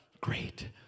great